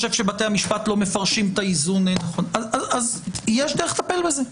חושב שבתי המשפט לא מפרשים את האיזון נכון יש דרך לטפל בזה.